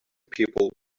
people